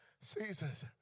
seasons